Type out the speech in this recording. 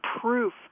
proof